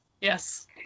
Yes